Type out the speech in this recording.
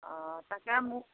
অঁ তাকে মোক